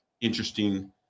interesting